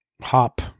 hop